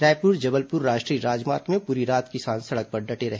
रायपुर जबलपुर राष्ट्रीय राजमार्ग में पूरी रात किसान सड़क पर डटे रहे